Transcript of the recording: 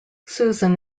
susan